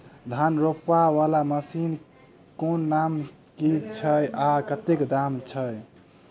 धान रोपा वला मशीन केँ नाम की छैय आ कतेक दाम छैय?